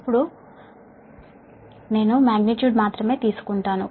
ఇప్పుడు నేను మాగ్నిట్యూడ్ మాత్రమే తీసుకుంటాను